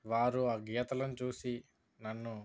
వారు ఆ గీతలను చూసి నన్ను